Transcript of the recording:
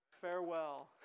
Farewell